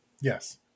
Yes